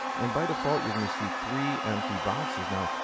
and by default, you're going to see three empty boxes. now,